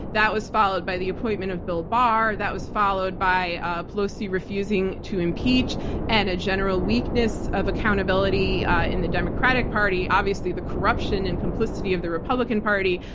that was followed by the appointment of bill barr. that was followed by ah pelosi refusing to impeach and a general weakness of accountability in the democratic party, obviously, the corruption and complicity of the republican party,